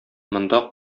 монда